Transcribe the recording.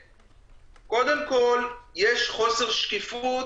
קודם כול, יש חוסר שקיפות